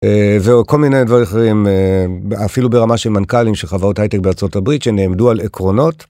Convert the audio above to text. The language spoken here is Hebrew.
וכל מיני דברים אחרים אפילו ברמה של מנכ"לים של חברות הייטק בארצות הברית שנעמדו על עקרונות.